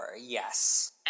yes